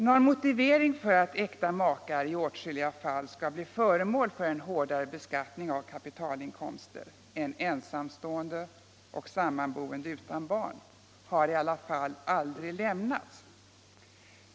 Någon motivering för att äkta makar i åtskilliga fall skall bli föremål för en hårdare beskattning av kapitalinkomster än ensamstående och sammanboende utan barn har aldrig lämnats.